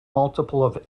multiple